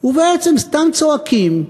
ובעצם סתם צועקים.